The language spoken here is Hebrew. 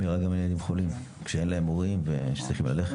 שמירה גם על ילדים חולים כשאין להם הורים ושצריכים ללכת.